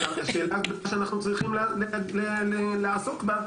השאלה באמת שאנחנו צריכים לעסוק בה,